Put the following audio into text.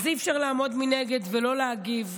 אז אי-אפשר לעמוד מנגד ולא להגיב.